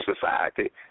society